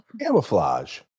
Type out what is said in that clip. Camouflage